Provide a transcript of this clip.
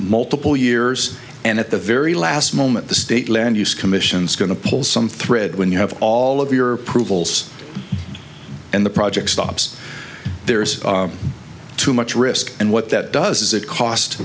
multiple years and at the very last moment the state land use commission's going to pull some thread when you have all of your approvals and the project stops there's too much risk and what that does is it cost